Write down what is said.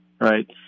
right